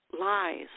lies